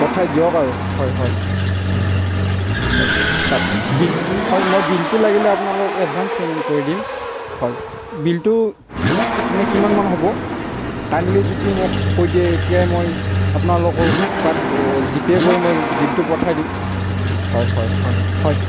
পঠাই দিয়ক আৰু হয় হয় হয় হয় হয় তাত বিল হয় মই বিলটো লাগিলে আপোনালোকক এডভান্স পেমেন্ট কৰি দিম হয় বিলটো এনে কিমান মান হ'ব কাইণ্ডলি যদি মোক কৈ দিয়ে এতিয়াই মই আপোনালোকৰ তাত জিপে কৰি মই বিলটো পঠাই দিওঁ হয় হয় হয় হয়